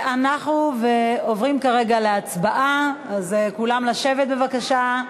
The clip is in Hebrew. אנחנו עוברים כרגע להצבעה, אז כולם לשבת בבקשה.